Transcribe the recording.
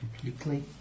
completely